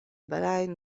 belajn